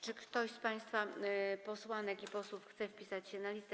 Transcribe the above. Czy ktoś z państwa posłanek i posłów chce zapisać się na liście?